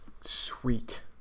Sweet